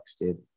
dude